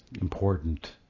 important